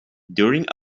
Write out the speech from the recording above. during